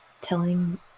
telling